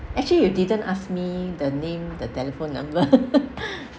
actually you didn't ask me the name the telephone number